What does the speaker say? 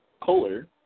Kohler